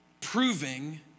Proving